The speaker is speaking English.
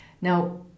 Now